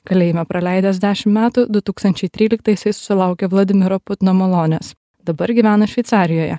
kalėjime praleidęs dešim metų du tūkstančiai tryliktaisiais sulaukė vladimiro putino malonės dabar gyvena šveicarijoje